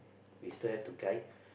we still have to guide